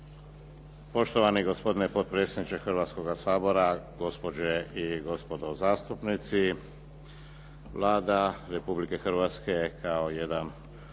Poštovani gospodine potpredsjedniče Hrvatskoga sabora, gospođe i gospodo zastupnici. Vlada Republike Hrvatske kao jedan